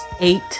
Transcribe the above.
eight